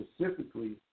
Specifically